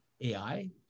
ai